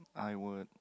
I were